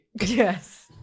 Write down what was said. Yes